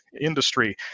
industry